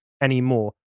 anymore